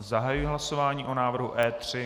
Zahajuji hlasování o návrhu E3.